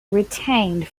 retained